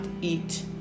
eat